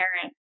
parent